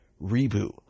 reboot